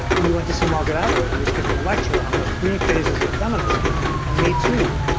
we went to see margaret atwood, who was giving a lecture on the three phases of feminism and me too.